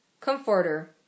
Comforter